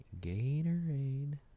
Gatorade